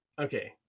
Okay